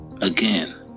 Again